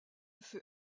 feu